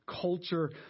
culture